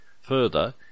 Further